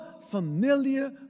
familiar